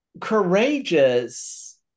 courageous